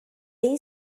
این